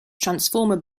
transformer